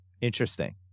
Interesting